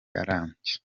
arambye